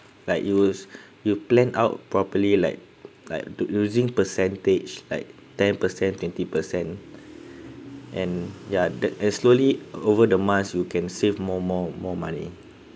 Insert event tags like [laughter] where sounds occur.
like you use [breath] you plan out properly like like to using percentage like ten percent twenty percent and ya that the slowly over the months you can save more more more money